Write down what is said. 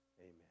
Amen